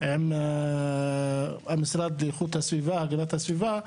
עם המשרד להגנת הסביבה,